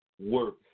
work